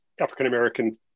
african-american